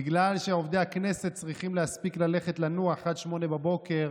בגלל שעובדי הכנסת צריכים להספיק ללכת לנוח עד 08:00,